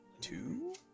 two